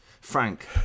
Frank